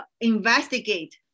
investigate